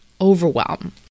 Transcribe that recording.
overwhelm